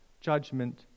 judgment